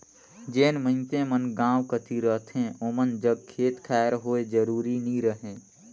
जेन मइनसे मन गाँव कती रहथें ओमन जग खेत खाएर होए जरूरी नी रहें